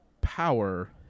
power